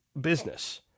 business